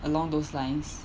along those lines